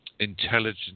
intelligent